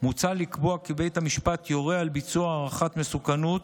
מוצע לקבוע כי בית המשפט יורה על ביצוע הערכת מסוכנות